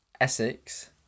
Essex